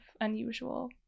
unusual